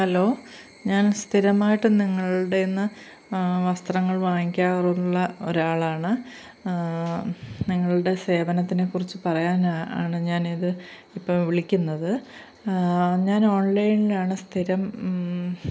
hello ഞാൻ സ്ഥിരമായിട്ട് നിങ്ങൾടെന്ന് വസ്ത്രങ്ങൾ വാങ്ങിക്കാറുള്ള ഒരാളാണ് നിങ്ങളുടെ സേവനത്തിനെ കുറിച്ച് പറയാനാണ് ഞാൻ ഇത് ഇപ്പോൾ വിളിക്കുന്നത് ഞാൻ ഓൺലൈൻലാണ് സ്ഥിരം